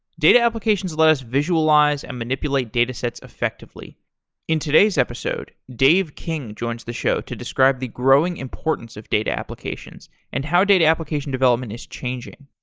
data applications let us visualize and manipulate datasets effectively in today's episode, dave king joins the show to describe the growing importance of data applications and how data application development is changing.